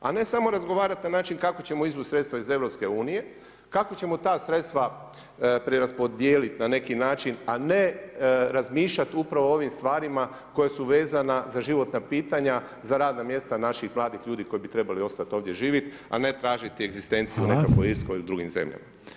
A ne samo razgovarati na način kako ćemo izvući sredstva iz EU-a, kako ćemo ta sredstva preraspodijeliti na neki način a ne razmišljati upravo o ovim stvarima koje su vezane za životna pitanja, za radna mjesta naših mladih ljudi koji bi trebali ostati ovdje živjet a ne tražiti egzistenciju negdje u Irskoj ili drugim zemljama.